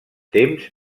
temps